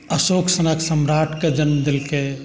अशोक सनक सम्राटके जन्म देलकै